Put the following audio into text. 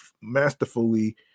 masterfully